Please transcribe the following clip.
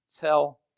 Tell